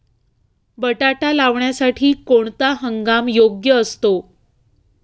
बटाटा लावण्यासाठी कोणता हंगाम योग्य असतो?